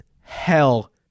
hell